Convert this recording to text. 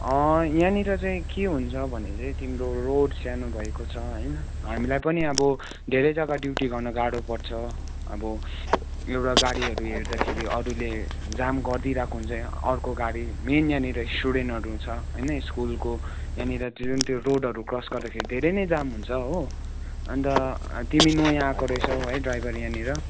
यहाँनिर चाहिँ के हुन्छ भने चाहिँ तिम्रो रोड सानो भएको छ होइन हामीलाई पनि अब धेरै जग्गा ड्युटी गर्न गाह्रो पर्छ अब एउटा गाडीहरू हेर्दाखेरि अरूले जाम गरिदिइरहेको हुन्छ यहाँ अर्को गाडी मेन यहाँनिर स्टुडेन्टहरू छ होइन स्कुलको यहाँनिर जुन त्यो रोडहरू क्रस गर्दाखेरि धेरै नै जाम हुन्छ हो अन्त तिमी नयाँ आएको रहेछौ है ड्राइभर यहाँनिर